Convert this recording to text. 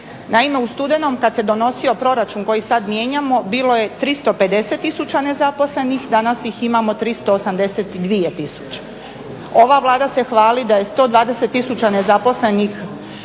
Naime, u studenom kad se donosio proračun koji sad mijenjamo bilo je 350 tisuća nezaposlenih. Danas ih imamo 382 tisuće. Ova Vlada se hvali da je 120 tisuća nezaposlenih,